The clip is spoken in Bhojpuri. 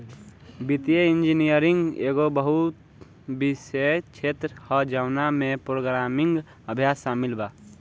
वित्तीय इंजीनियरिंग एगो बहु विषयक क्षेत्र ह जवना में प्रोग्रामिंग अभ्यास शामिल बा